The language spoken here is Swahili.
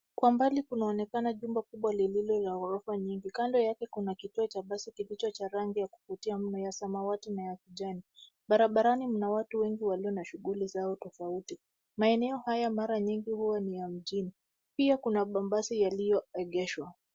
Kwa mbali kunaonekana jumba kubwa lililo la gorofa nyingi kando yake kuna kituo cha basi kilicho cha rangi ya kuvutia mno ya samwati na ya kijani. Barabarani mna watu wengi walio na shughuli zao tofauti. Maeneo haya mara nyingi huwa ni ya mjini, pia kuna mabasi yaliyoegeshwa.